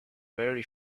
very